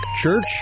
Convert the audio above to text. church